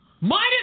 Minus